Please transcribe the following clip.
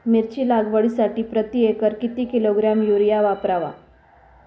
मिरची लागवडीसाठी प्रति एकर किती किलोग्रॅम युरिया वापरावा?